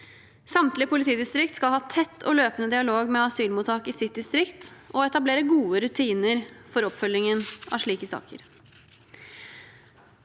Samtlige politidistrikt skal ha tett og løpende dialog med asylmottak i sitt distrikt og etablere gode rutiner for oppfølgingen av slike saker.